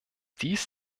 dies